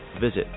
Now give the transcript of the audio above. Visit